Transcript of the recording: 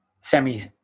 semi